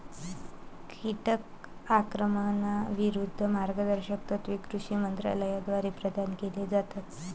कीटक आक्रमणाविरूद्ध मार्गदर्शक तत्त्वे कृषी मंत्रालयाद्वारे प्रदान केली जातात